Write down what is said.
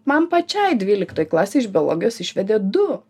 man pačiai dvyliktoj klasėj iš biologijos išvedė du